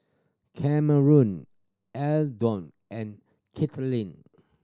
Cameron Eldon and Kaitlynn